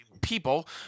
people